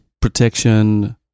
protection